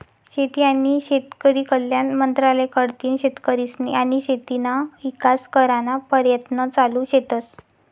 शेती आनी शेतकरी कल्याण मंत्रालय कडथीन शेतकरीस्नी आनी शेतीना ईकास कराना परयत्न चालू शेतस